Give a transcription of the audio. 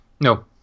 No